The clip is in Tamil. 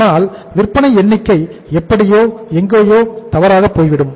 ஆனால் விற்பனை எண்ணிக்கை எப்படியோ எங்கேயோ தவறாகப் போய்விடும்